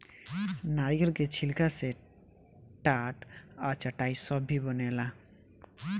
नारियल के छिलका से टाट आ चटाई सब भी बनेला